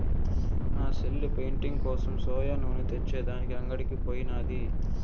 మా సెల్లె పెయింటింగ్ కోసం సోయా నూనె తెచ్చే దానికి అంగడికి పోయినాది